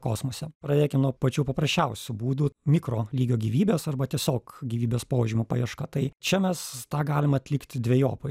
kosmose pradėkim nuo pačių paprasčiausių būdų mikro lygio gyvybės arba tiesiog gyvybės požymių paieška tai čia mes tą galim atlikti dvejopai